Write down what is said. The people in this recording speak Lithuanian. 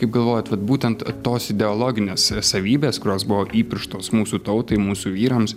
kaip galvojat vat būtent tos ideologinės sa savybės kurios buvo įpirštos mūsų tautai mūsų vyrams